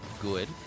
good